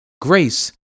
Grace